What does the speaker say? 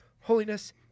holiness